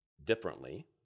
differently